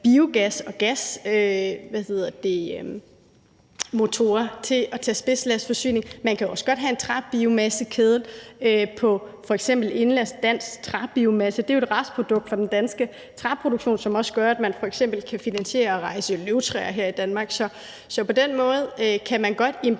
biogas og gasmotorer til at klare spidslastforsyning. Man kan også godt have en træbiomassekedel på f.eks. indenlandsk dansk træbiomasse. Det er jo et restprodukt fra den danske træproduktion, som også gør, at man f.eks. kan finansiere at rejse løvtræer her i Danmark. Så på den måde kan man godt i en